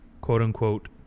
quote-unquote